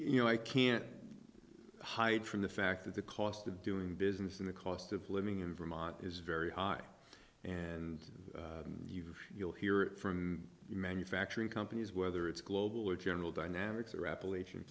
you know i can't hide from the fact that the cost of doing business in the cost of living in vermont is very high and you've you'll hear it from manufacturing companies whether it's global or general dynamics or appalachian